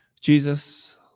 Jesus